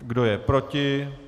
Kdo je proti?